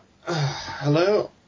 Hello